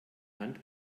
hand